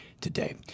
today